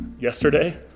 yesterday